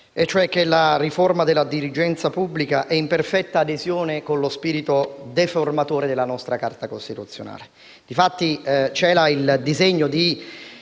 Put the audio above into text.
la riforma della dirigenza pubblica è in perfetta adesione con uno spirito deformatore della nostra Carta costituzionale.